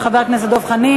של חבר הכנסת דב חנין.